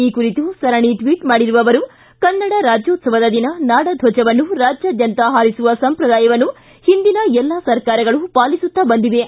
ಈ ಕುರಿತು ಸರಣಿ ಟ್ವಿಟ್ ಮಾಡಿರುವ ಅವರು ಕನ್ನಡ ರಾಜ್ಣೋತ್ಲವದ ದಿನ ನಾಡ ಧ್ವಜವನ್ನು ರಾಜ್ಯಾದ್ಯಂತ ಹಾರಿಸುವ ಸಂಪ್ರದಾಯವನ್ನು ಹಿಂದಿನ ಎಲ್ಲ ಸರ್ಕಾರಗಳು ಪಾಲಿಸುತ್ತಾ ಬಂದಿವೆ